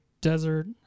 desert